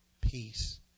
Peace